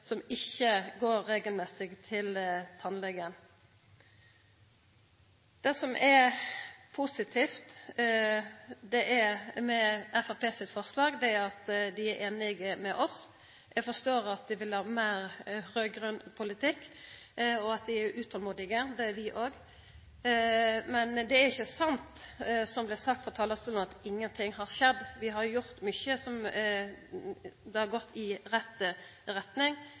ikkje går regelmessig til tannlegen. Det som er positivt med Framstegspartiets forslag, er at dei er einige med oss. Eg forstår at dei vil ha meir raud-grøn politikk, og at dei er utolmodige – det er vi òg. Men det er ikkje sant det som er blitt sagt frå talarstolen, at ingenting har skjedd. Vi har gjort mykje – det har gått i rett retning.